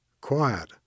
quiet